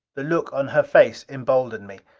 the look on her face emboldened me.